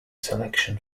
selection